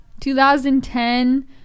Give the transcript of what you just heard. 2010